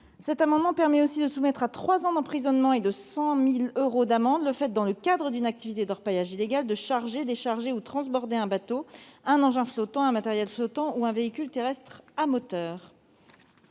l'amendement vise à punir de trois ans d'emprisonnement et de 100 000 euros d'amende le fait, dans le cadre d'une activité d'orpaillage illégal, de charger, de décharger ou de transborder un bateau, un engin flottant, un matériel flottant ou un véhicule terrestre à moteur.